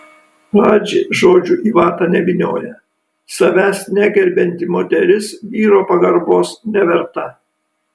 radži žodžių į vatą nevynioja savęs negerbianti moteris vyro pagarbos neverta